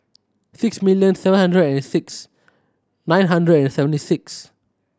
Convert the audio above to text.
six million seven hundred and six nine hundred and seventy six